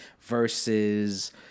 versus